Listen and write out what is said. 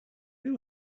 they